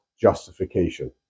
justification